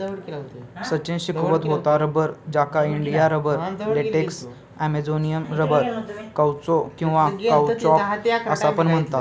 सचिन शिकवीत होतो रबर, ज्याका India rubber, latex, Amazonian rubber, कौचो किंवा काउचॉक असा पण म्हणतत